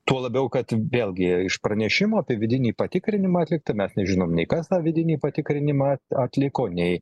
tuo labiau kad vėlgi iš pranešimo apie vidinį patikrinimą atliktą mes nežinom nei kas tą vidinį patikrinimą atliko nei